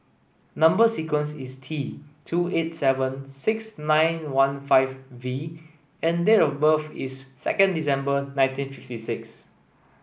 number sequence is T two eight seven six nine one five V and date of birth is second December nineteen fifty six